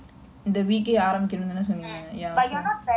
mm but you are not pair [one]